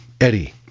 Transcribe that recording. Eddie